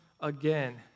again